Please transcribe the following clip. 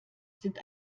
sind